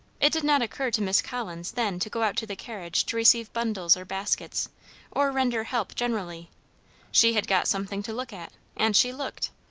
it did not occur to miss collins then to go out to the carriage to receive bundles or baskets or render help generally she had got something to look at, and she looked.